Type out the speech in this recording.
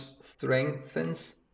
strengthens